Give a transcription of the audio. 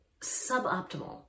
suboptimal